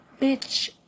bitch